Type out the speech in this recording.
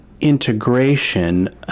integration